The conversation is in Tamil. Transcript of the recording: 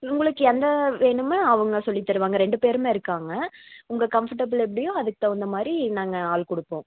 உங்களுக்கு எந்த வேணுமாே அவங்க சொல்லித் தருவாங்க ரெண்டு பேருமே இருக்காங்க உங்கள் கம்ஃபர்டபிள் எப்படியோ அதுக்கு தகுந்த மாதிரி நாங்கள் ஆள் கொடுப்போம்